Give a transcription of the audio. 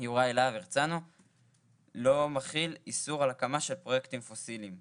יוראי להב הרצנו לא מכיל איסור על הקמה של פרויקטים פוסיליים.